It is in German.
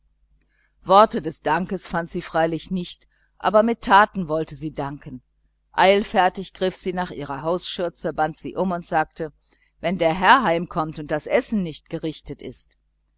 worte des dankes fand sie freilich nicht aber mit taten wollte sie danken eilfertig griff sie nach ihrer hausschürze band sie um und sagte wenn der herr heimkommt und das essen nicht gerichtet ist